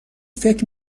فکر